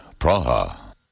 Praha